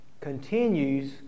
continues